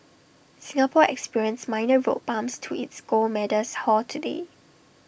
Singapore experienced minor road bumps to its gold medals haul today